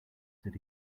did